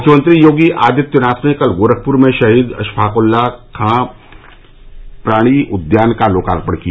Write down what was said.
मुख्यमंत्री योगी आदित्यनाथ ने कल गोरखपुर में शहीद अशफाक उल्ला खां प्राणी उद्यान का लोकार्पण किया